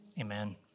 Amen